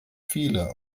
viele